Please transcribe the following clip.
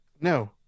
No